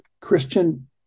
Christian